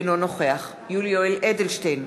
אינו נוכח יולי יואל אדלשטיין,